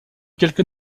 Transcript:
quelque